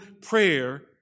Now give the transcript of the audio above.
prayer